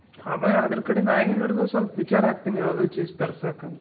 ಅದ್ರ ಕಡೆ ನಾಯಿನ್ನು ಹಿಡಿದು ಸ್ವಲ್ಪ ವಿಚಾರ ಹಾಕ್ತೀನಿ ಯಾವುದೇ ಚೀಸ್ ತರ್ಸಕ್ಕಂತ